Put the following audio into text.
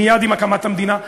מייד עם הקמת המדינה.